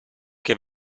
che